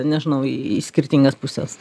nežinau į skirtingas puses